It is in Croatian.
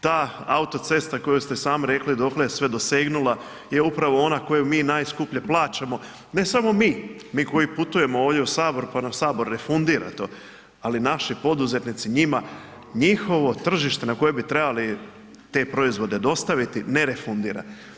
Ta autocesta koju ste sami rekli dokle je sve dosegnula je upravo ona koju mi najskuplje plaćamo, ne samo mi, mi koji putujemo ovdje u Saboru pa nam Sabor refundira to ali naši poduzetnici, njima njihovo tržište na koje bi trebali te proizvode dostaviti, ne refundira.